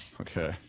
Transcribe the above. Okay